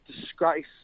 disgrace